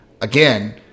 again